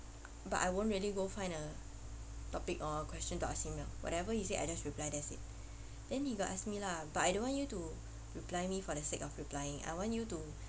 but I won't really go find a topic or a question to ask him ah whatever he say I just reply that's it then he got ask me lah but I don't want you to reply me for the sake of replying I want you to